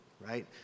right